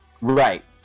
Right